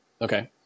Okay